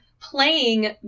playing